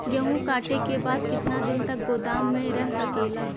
गेहूँ कांटे के बाद कितना दिन तक गोदाम में रह सकेला?